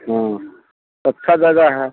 हाँ अच्छा जगह है